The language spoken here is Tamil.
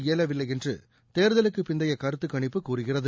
இயலவில்லை என்று தேர்தலுக்கு பிந்தைய கருத்து கணிப்பு கூறுகிறது